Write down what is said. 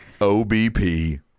OBP